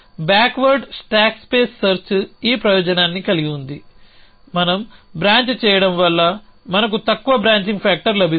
backward stack space search ఈ ప్రయోజనాన్ని కలిగి ఉంది మనం బ్రాంచ్ చేయడం వల్ల మనకు తక్కువ బ్రాంచింగ్ ఫ్యాక్టర్ లభిస్తుంది